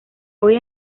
hoy